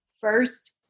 first